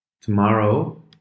tomorrow